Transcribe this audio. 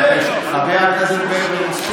בבקשה, חברת הכנסת סטרוק.